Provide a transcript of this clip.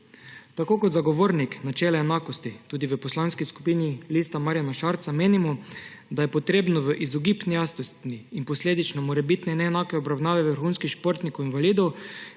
Tako kot Zagovornik načela enakosti tudi v Poslanski skupini LMŠ menimo, da je treba v izogib nejasnostim in posledično morebitni neenaki obravnavi vrhunskih športnikov invalidov